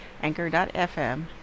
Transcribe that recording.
anchor.fm